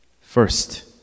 first